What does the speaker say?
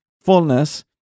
fullness